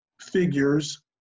figures